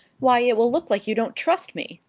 why, it will look like you didn't trust me!